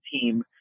team